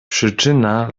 przyczyna